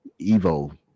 evo